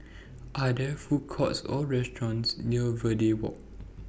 Are There Food Courts Or restaurants near Verde Walk